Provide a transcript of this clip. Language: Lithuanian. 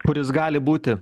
kur jis gali būti